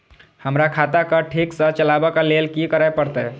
हमरा खाता क ठीक स चलबाक लेल की करे परतै